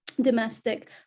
domestic